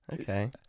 Okay